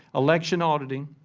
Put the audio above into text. election auditing,